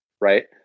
right